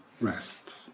rest